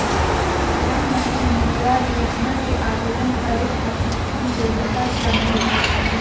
प्रधानमंत्री मुद्रा योजना के आवेदन करै खातिर की योग्यता चाहियो?